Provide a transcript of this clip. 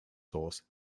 sauce